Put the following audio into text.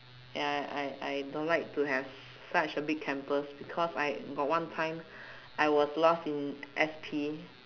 ya I I I don't like to have such a big campus because I got one time I was lost in S_P